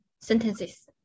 sentences